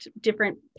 different